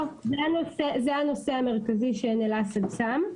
לא, זה הנושא המרכזי שעין אל-אסד נתן.